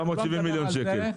770 מיליון שקל.